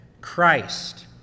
Christ